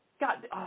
God